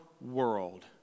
world